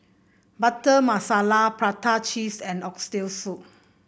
Butter Masala Prata Cheese and Oxtail Soup